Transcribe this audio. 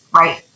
right